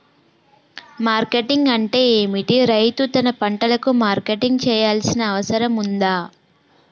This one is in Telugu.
మార్కెటింగ్ అంటే ఏమిటి? రైతు తన పంటలకు మార్కెటింగ్ చేయాల్సిన అవసరం ఉందా?